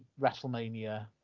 WrestleMania